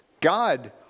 God